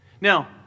Now